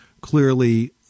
clearly